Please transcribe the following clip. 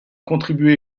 contribué